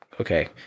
okay